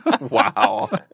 Wow